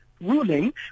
ruling